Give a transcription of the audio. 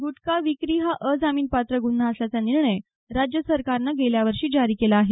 गुटखा विक्री हा अजामीनपात्र गुन्हा असल्याचा निर्णय राज्य सरकारनं गेल्या वर्षी जारी केला आहे